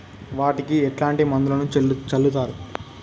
వాటికి ఎట్లాంటి మందులను చల్లుతరు?